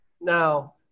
now